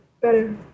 Better